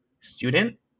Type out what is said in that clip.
student